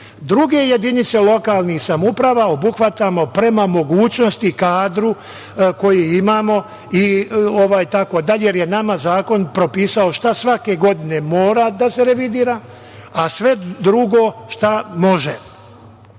jedinice lokalnih samouprava obuhvatamo prema mogućnosti kadru koji imamo, i tako dalje, jer je nama zakon propisao šta svake godine mora da se revidira, a sve drugo šta može. Što